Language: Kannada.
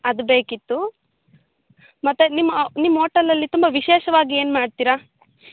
ಅದು ಬೇಕಿತ್ತು ಮತ್ತೆ ನಿಮ್ಮ ನಿಮ್ಮ ಹೋಟೆಲಲ್ಲಿ ತುಂಬ ವಿಶೇಷವಾಗಿ ಏನು ಮಾಡ್ತೀರಾ